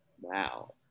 Wow